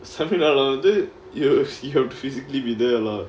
seminar leh வந்து:vanthu you have to you have to physically be there lah